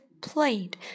played